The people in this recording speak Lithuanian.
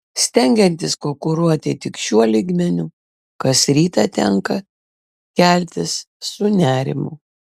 stengiantis konkuruoti tik šiuo lygmeniu kas rytą tenka keltis su nerimu